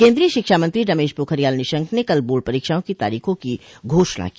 केन्द्रीय शिक्षामंत्री रमेश पोखरियाल निशंक ने कल बोर्ड परीक्षाओं की तारीखों की घोषणा की